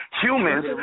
humans